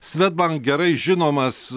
svedbank gerai žinomas